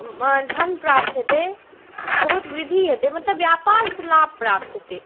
धन प्राप्त हेतै बहुत वृद्धि हेतै मतलब बेपारसँ लाभ प्राप्त हेतै